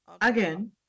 again